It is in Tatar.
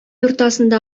уртасында